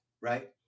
right